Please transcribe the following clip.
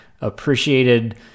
appreciated